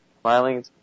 Smiling